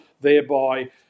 thereby